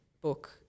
book